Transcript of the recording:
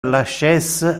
lachaise